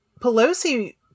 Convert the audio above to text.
Pelosi